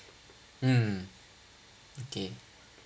mm okay